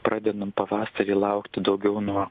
pradedam pavasarį laukti daugiau nuo